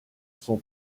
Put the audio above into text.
son